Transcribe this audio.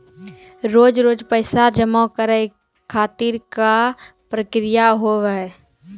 रोज रोज पैसा जमा करे खातिर का प्रक्रिया होव हेय?